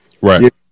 Right